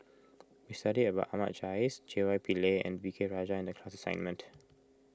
we studied about Ahmad Jais J Y Pillay and V K Rajah in the class assignment